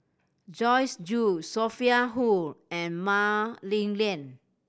Joyce Jue Sophia Hull and Mah Li Lian